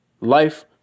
Life